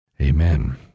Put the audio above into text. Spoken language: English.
Amen